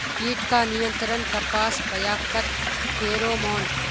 कीट का नियंत्रण कपास पयाकत फेरोमोन?